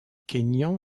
kényan